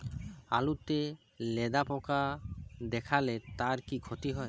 আলুতে লেদা পোকা দেখালে তার কি ক্ষতি হয়?